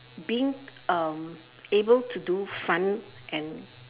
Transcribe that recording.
being um able to do fun and